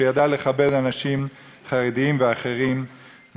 שידע לכבד אנשים חרדים ואחרים,